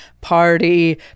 Party